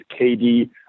KD